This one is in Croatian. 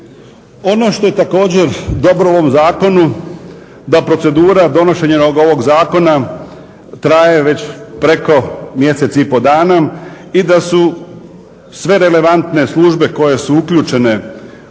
Ono što je također dobro u ovom zakonu da procedura donošenja ovog zakona traje već preko mjesec i pol dana i da su sve relevantne službe koje su uključene u donošenje